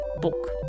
book